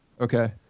Okay